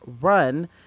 run